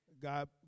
God